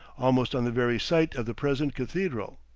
almost on the very site of the present cathedral.